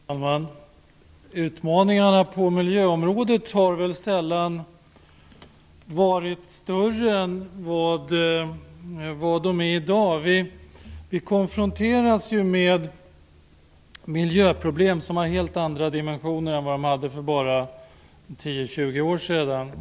Fru talman! Utmaningarna på miljöområdet har väl sällan varit större än vad de är i dag. Vi konfronteras med miljöproblem som har helt andra dimensioner än vad de hade för bara 10-20 år sedan.